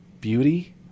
beauty